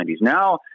Now